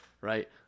Right